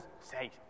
say